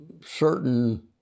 certain